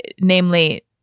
namely